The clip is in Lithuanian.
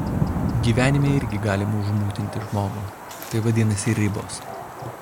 gyvenime irgi galima užmutinti žmogų tai vadinasi ribos